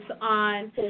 on